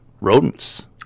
rodents